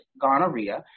gonorrhea